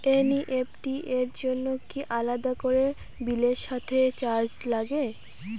NEFT র জন্য কি আলাদা করে বিলের সাথে চার্জ লাগে?